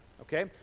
Okay